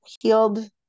healed